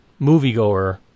moviegoer